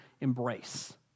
embrace